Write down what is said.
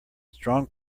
strong